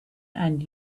and